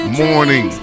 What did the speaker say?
morning